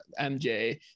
MJ